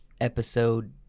episode